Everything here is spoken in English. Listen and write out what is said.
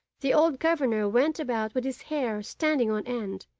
the old governor went about with his hair standing on end,